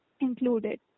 included